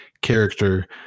character